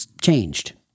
changed